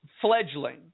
fledgling